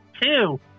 Two